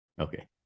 Okay